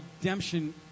redemption